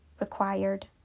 required